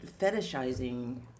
fetishizing